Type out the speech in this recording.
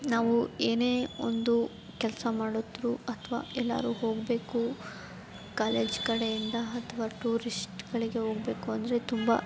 ನಾವು ಏನೇ ಒಂದು ಕೆಲಸ ಮಾಡಿದರೂ ಅಥವಾ ಎಲ್ಲರೂ ಹೋಗಬೇಕು ಕಾಲೇಜ್ ಕಡೆಯಿಂದ ಅಥವಾ ಟೂರಿಶ್ಟ್ಗಳಿಗೆ ಹೋಗಬೇಕು ಅಂದರೆ ತುಂಬ